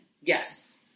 Yes